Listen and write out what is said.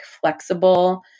flexible